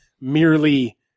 merely